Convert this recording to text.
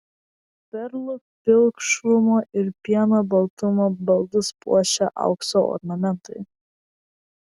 perlų pilkšvumo ir pieno baltumo baldus puošia aukso ornamentai